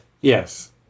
Yes